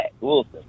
Wilson